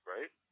Right